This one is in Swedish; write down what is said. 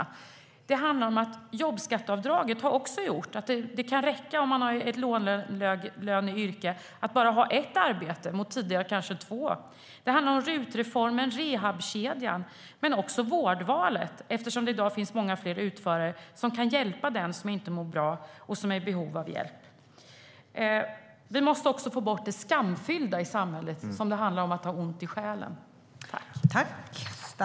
Om man har ett låglöneyrke har jobbskatteavdraget gjort så att det kan räcka att bara ha ett arbete mot tidigare kanske två. Det handlar om RUT-reformen och rehabkedjan men också vårdvalet eftersom det i dag finns många fler utförare som kan hjälpa den som inte mår bra och som är i behov av hjälp.